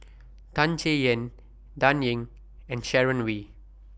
Tan Chay Yan Dan Ying and Sharon Wee